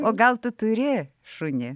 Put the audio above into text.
o gal tu turi šunį